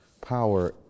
power